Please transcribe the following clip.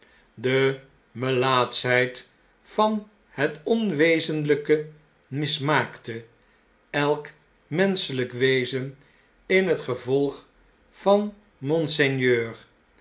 de melaatschheid van het onwezenljjke mismaakte elk menscheljjk wezen in het gevolg van monseigneur